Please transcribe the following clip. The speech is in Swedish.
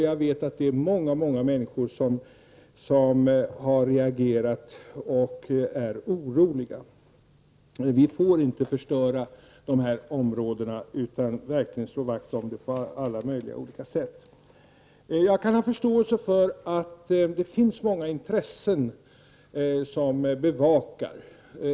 Jag vet att många människor har reagerat och är oroliga. Vi får inte förstöra dessa områden, utan vi bör verkligen slå vakt om dem på alla sätt. Jag kan förstå att det här finns många intressen att bevaka.